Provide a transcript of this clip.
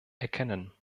erkennen